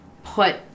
put